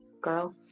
Girl